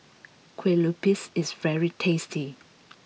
Kuih Lopes is very tasty